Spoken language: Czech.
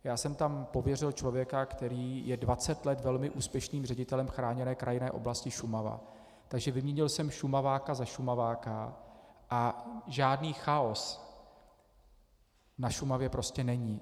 Já jsem tam pověřil člověka, který je dvacet let velmi úspěšným ředitelem Chráněné krajinné oblasti Šumava, takže jsem vyměnil Šumaváka za Šumaváka a žádný chaos na Šumavě prostě není.